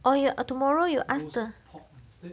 or you tomorrow you ask the